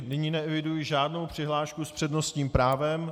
Nyní neeviduji žádnou přihlášku s přednostním právem.